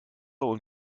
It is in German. und